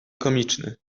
komiczny